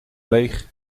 leeg